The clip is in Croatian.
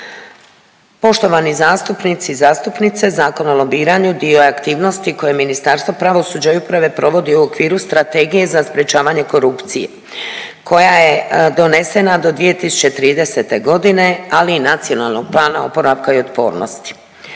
Poštovani zastupnici i zastupnice, Zakon o lobiranju dio je aktivnosti koje Ministarstvo pravosuđa i uprave provodi u okviru Strategije za sprječavanje korupcije koja je donesena do 2030.g, ali i NPOO-a. Uz već postojeće Zakone